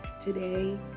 today